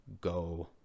go